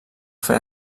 fer